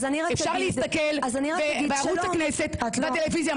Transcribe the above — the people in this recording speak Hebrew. אפשר להסתכל בערוץ הכנסת בטלוויזיה,